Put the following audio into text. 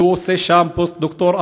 והוא עושה שם פוסט-דוקטורט,